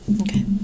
Okay